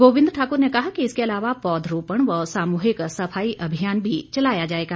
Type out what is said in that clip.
गोबिंद ठाकुर ने कहा कि इसके अलावा पौधरोपण व सामूहिक सफाई अभियान भी चलाया जाएगा